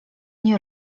nie